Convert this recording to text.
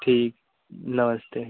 ठीक नमस्ते